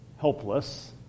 helpless